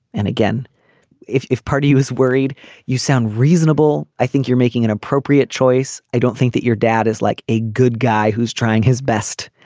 and again if if party was worried you sound reasonable i think you're making an appropriate choice. i don't think that your dad is like a good guy who's trying his best.